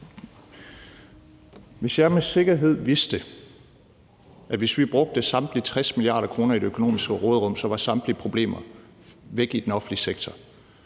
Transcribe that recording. Hvis jeg med sikkerhed vidste, at hvis vi brugte samtlige 60 mia. kr. i det økonomiske råderum, så var samtlige problemer væk i den offentlige sektor,